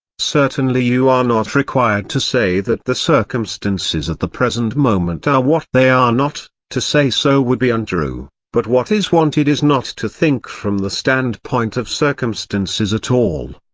certainly you are not required to say that the circumstances at the present moment are what they are not to say so would be untrue but what is wanted is not to think from the standpoint of circumstances at all.